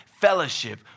fellowship